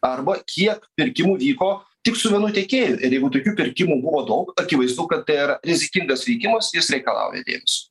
arba kiek pirkimų vyko tik su vienu tiekėju ir jeigu tokių pirkimų buvo daug akivaizdu kad tai yra rizikingas veikimas jis reikalauja dėmesio